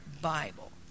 Bible